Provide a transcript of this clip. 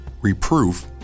reproof